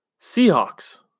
Seahawks